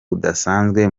budasanzwe